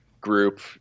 group